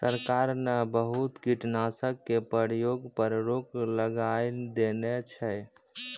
सरकार न बहुत कीटनाशक के प्रयोग पर रोक लगाय देने छै